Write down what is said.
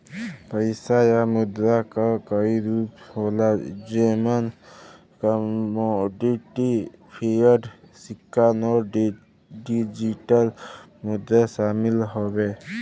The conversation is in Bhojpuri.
पइसा या मुद्रा क कई रूप होला जेमन कमोडिटी, फ़िएट, सिक्का नोट, डिजिटल मुद्रा शामिल हउवे